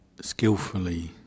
skillfully